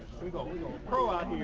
going pro out here.